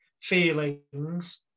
feelings